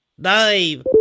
Dave